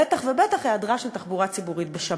בטח ובטח היעדרה של תחבורה ציבורית בשבת,